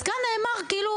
אז כאן נאמר כאילו,